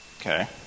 okay